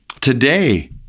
today